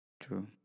True